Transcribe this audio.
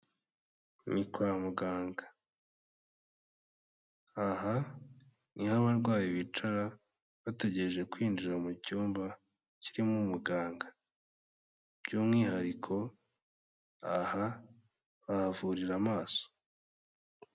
Ni kwa muganga, aha ni ho abarwayi bicara bategereje kwinjira mu cyumba kirimo umuganga by'umwihariko aha bahavurira amaso.